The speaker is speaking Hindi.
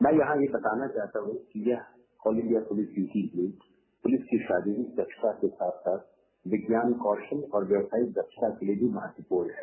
मै यहां यह बताना चाहता हूं कि यह all India police meet police की शारीरिक दक्षता के साथ साथ विज्ञान कौशल और व्यवसायिक दक्षता के लिए भी महत्वपूर्ण है